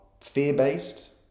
fear-based